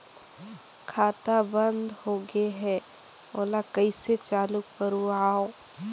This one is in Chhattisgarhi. खाता बन्द होगे है ओला कइसे चालू करवाओ?